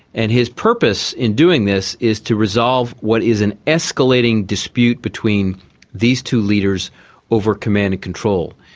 and his purpose in doing this is to resolve what is an escalating dispute between these two leaders over command and control.